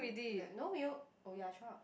like no oh ya twelve